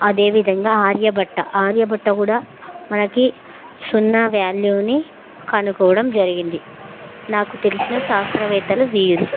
అదేవిధంగా ఆర్యభట్ట ఆర్యభట్ట కూడా మనకి సున్నా వ్యాల్యూని కనుక్కోవడం జరిగింది నాకు తెలిసిన శాస్త్రవేత్తలు వీరు